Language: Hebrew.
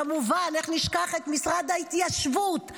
כמובן, איך נשכח את משרד ההתיישבות?